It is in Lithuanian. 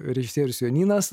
režisierius jonynas